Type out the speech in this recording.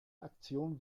aktion